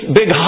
big